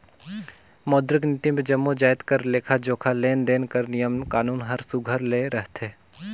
मौद्रिक नीति मे जम्मो जाएत कर लेखा जोखा, लेन देन कर नियम कानून हर सुग्घर ले रहथे